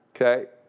Okay